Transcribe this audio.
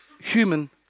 human